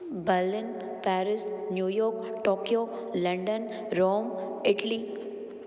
Berlin Paris New York Tokyo London Rome Italy